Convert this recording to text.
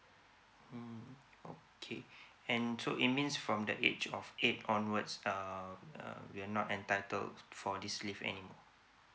mm okay and so it means from the age of eight onwards err uh we're not entitled for this leave anymore